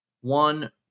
one